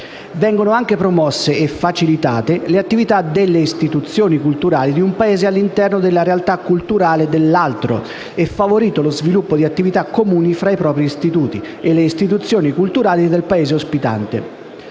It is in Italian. Vengono anche promosse e facilitate le attività delle istituzioni culturali di un Paese all'interno della realtà culturale dell'altro e favorito lo sviluppo di attività comuni tra i propri istituti e le istituzioni culturali del Paese ospitante.